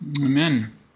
Amen